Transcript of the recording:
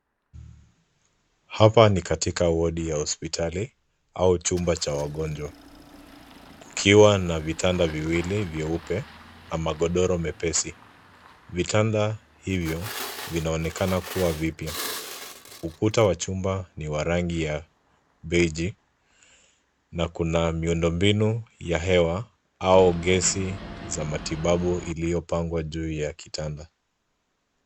Hapa ni katika ward ya hospitali au chumba cha wagonjwa, kukiwa na vitanda viwili vyeupe na magondoro meusi, vitanda hivyo vinaonekana kuwa vipya, ukuta wa chumba ni wa rangi ya biege na kuna miundombinu ya hewa au gas za matibabu iliyopangwa juu ya kitanda.